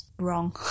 wrong